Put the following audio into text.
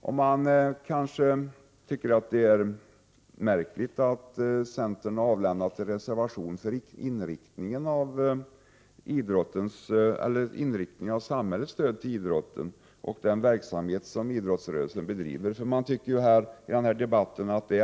Någon kanske tycker att det är märkligt att centern har avlämnat en reservation när det gäller inriktningen av samhällets stöd till idrotten och den verksamhet som idrottsrörelsen bedriver, när alla är så eniga i den debatten.